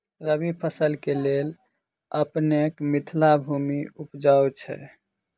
रबी फसल केँ लेल अपनेक मिथिला भूमि उपजाउ छै